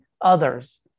others